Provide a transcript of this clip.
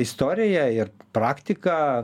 istoriją ir praktiką